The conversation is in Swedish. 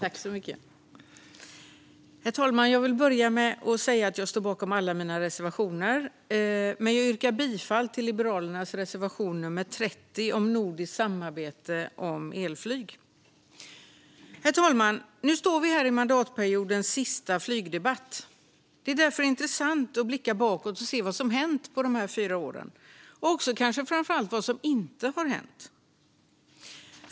Herr talman! Jag vill börja med att säga att jag står bakom alla mina reservationer, men jag yrkar bifall endast till Liberalernas reservation nummer 30 om nordiskt samarbete om elflyg. Herr talman! Nu står vi här i mandatperiodens sista flygdebatt. Det är därför intressant att blicka bakåt och se vad som hänt under dessa fyra år, och kanske framför allt vad som inte har hänt.